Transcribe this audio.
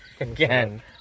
again